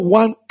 one